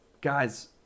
guys